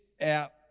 out